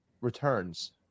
returns